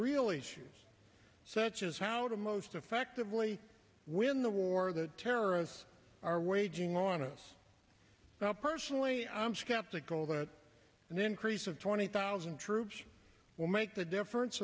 real issues such as how to most effectively win the war the terrorists are waging war on us personally i'm skeptical about it and then crease of twenty thousand troops will make the difference